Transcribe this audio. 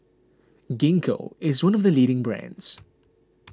Gingko is one of the leading brands